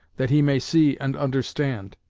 that he may see and understand.